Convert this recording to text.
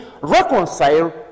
reconcile